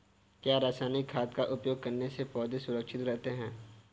क्या रसायनिक खाद का उपयोग करने से पौधे सुरक्षित रहते हैं?